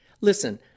Listen